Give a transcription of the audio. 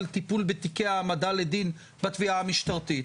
טיפול בתיקי העמדה לדין בתביעה המשטרתית?